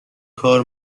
کار